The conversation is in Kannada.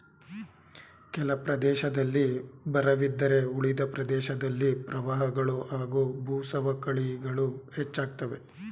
ಕೆಲ ಪ್ರದೇಶದಲ್ಲಿ ಬರವಿದ್ದರೆ ಉಳಿದ ಪ್ರದೇಶದಲ್ಲಿ ಪ್ರವಾಹಗಳು ಹಾಗೂ ಭೂಸವಕಳಿಗಳು ಹೆಚ್ಚಾಗ್ತವೆ